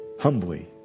humbly